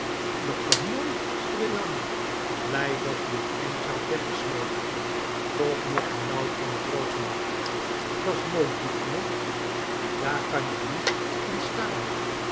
dat kan nit stree jan blij dat-ie t endje had weggesmeten toch nog benauwd van t rooken da's nit diep genog daar kan je niet in